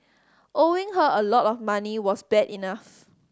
owing her a lot of money was bad enough